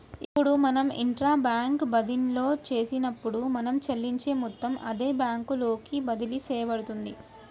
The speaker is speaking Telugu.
ఇప్పుడు మనం ఇంట్రా బ్యాంక్ బదిన్లో చేసినప్పుడు మనం చెల్లించే మొత్తం అదే బ్యాంకు లోకి బదిలి సేయబడుతుంది